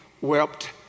wept